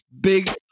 big